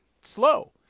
slow